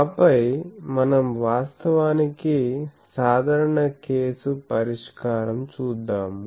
ఆపై మనం వాస్తవానికి సాధారణ కేసు పరిష్కారం చూద్దాము